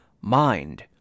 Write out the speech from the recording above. Mind